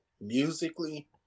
musically